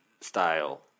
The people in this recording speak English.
style